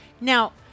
Now